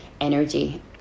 energy